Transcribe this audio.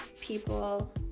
people